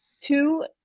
two